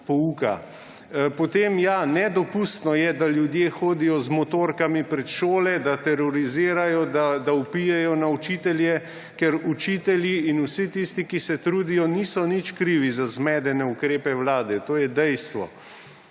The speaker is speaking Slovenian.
Potem, nedopustno je, da ljudje hodijo z motorkami pred šole, da terorizirajo, da vpijejo na učitelje, ker učitelji in vsi tisti, ki se trudijo, niso nič krivi za zmedene ukrepe vlade. To je dejstvo.